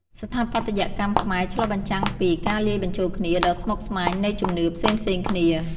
ស្ថាបត្យកម្មខ្មែរឆ្លុះបញ្ចាំងពី ការលាយបញ្ចូលគ្នា ដ៏ស្មុគស្មាញនៃជំនឿផ្សេងៗគ្នា។